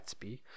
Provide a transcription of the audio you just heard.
gatsby